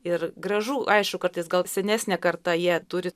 ir gražu aišku kartais gal senesnė karta jie turi